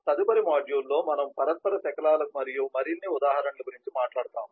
తదుపరి మాడ్యూల్లో మనము పరస్పర శకలాలు మరియు మరిన్ని ఉదాహరణలు గురించి మాట్లాడుతాము